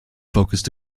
focused